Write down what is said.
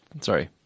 Sorry